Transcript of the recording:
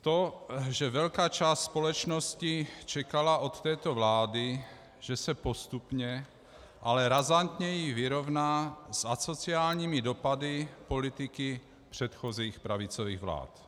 To, že velká část společnosti čekala od této vlády, že se postupně, ale razantněji vyrovná s asociálními dopady politiky předchozích pravicových vlád.